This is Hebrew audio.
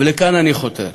ולכאן אני חותר.